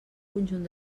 conjunt